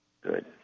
good